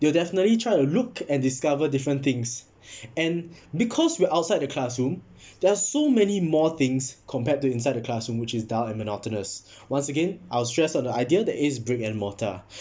they'll definitely try to look and discover different things and because we're outside the classroom there're so many more things compared to inside the classroom which is dull and monotonous once again I'll stress on the idea that is brick and mortar